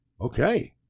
okay